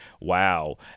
Wow